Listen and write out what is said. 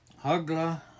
Hagla